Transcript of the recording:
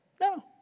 No